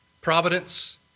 Providence